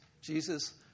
Jesus